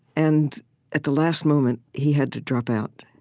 and at the last moment, he had to drop out.